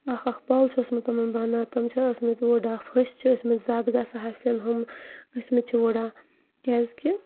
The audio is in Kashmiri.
اَکھ اکھ پَل چھُ اوسمُت تِمَن بَنان تِم چھِ ٲسۍمٕتۍ وُڑاپھ ۂسۍ چھِ ٲسۍمٕتۍ زیادٕ گژھان ہسٮ۪ن ہُم ٲسۍمٕتۍ چھِ وُڑان کیازِکہِ